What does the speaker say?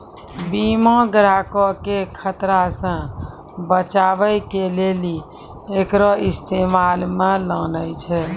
बीमा ग्राहको के खतरा से बचाबै के लेली एकरो इस्तेमाल मे लानै छै